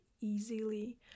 easily